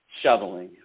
shoveling